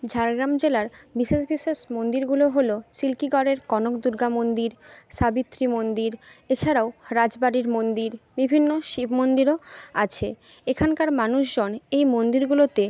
ঝাড়গ্রাম জেলার বিশেষ বিশেষ মন্দিরগুলো হল চিল্কিগড়ের কনকদুর্গা মন্দির সাবিত্রী মন্দির এছাড়াও রাজবাড়ির মন্দির বিভিন্ন শিব মন্দিরও আছে এখানকার মানুষজন এই মন্দিরগুলোতে